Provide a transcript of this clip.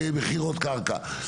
ממכירות קרקע.